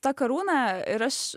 ta karūna ir aš